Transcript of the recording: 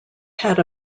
had